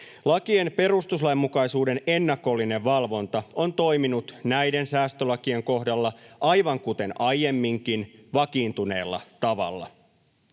Lakien perustuslainmukaisuuden ennakollinen valvonta on toiminut näiden säästölakien kohdalla aivan kuten aiemminkin: vakiintuneella tavalla.